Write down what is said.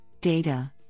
data